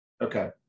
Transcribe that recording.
Okay